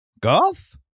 Golf